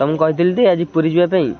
ତୁମକୁ କହିଥିଲି ତ ଆଜି ପୁରୀ ଯିବା ପାଇଁ